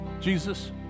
Jesus